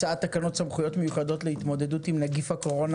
הצעת תקנות סמכויות מיוחדות להתמודדות עם נגיף הקורונה